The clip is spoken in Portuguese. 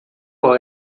qual